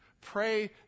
Pray